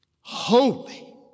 Holy